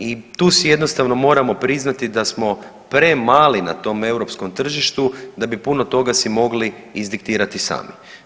I tu si jednostavno moramo priznati da smo premali na tom europskom tržištu da bi puno toga si mogli izdiktirati sami.